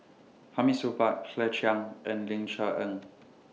Hamid Supaat Claire Chiang and Ling Cher Eng